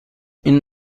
این